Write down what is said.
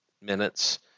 minutes